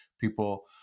people